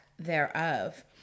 thereof